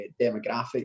demographic